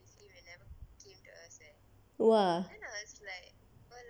!wah!